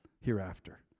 hereafter